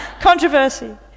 controversy